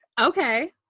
Okay